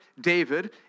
David